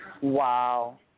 Wow